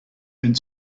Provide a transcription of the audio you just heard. and